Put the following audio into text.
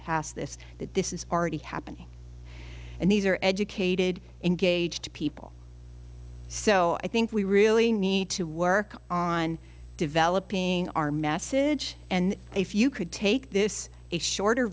passed this that this is already happening and these are educated engaged people so i think we really need to work on developing our message and if you could take this a shorter